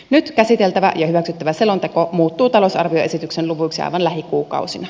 nyt käsiteltävä ja hyväksyttävä selonteko muuttuu talousarvioesityksen luvuiksi aivan lähikuukausina